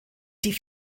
die